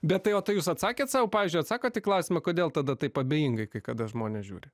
bet tai o tai jūs atsakėt sau pavyzdžiui atsakot į klausimą kodėl tada taip abejingai kai kada žmonės žiūri